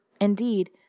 indeed